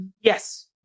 Yes